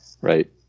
Right